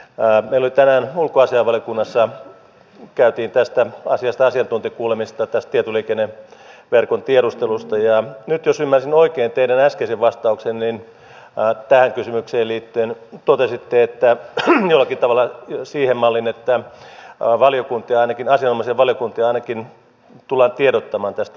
meillä tänään ulkoasiainvaliokunnassa käytiin tästä tietoliikenneverkon tiedustelusta asiantuntijakuulemista ja nyt jos ymmärsin oikein teidän äskeisen vastauksenne niin tähän kysymykseen liittyen totesitte jollakin tavalla siihen malliin että asianomaisia valiokuntia ainakin tullaan tiedottamaan tästä kysymyksestä